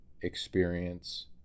experience